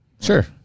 sure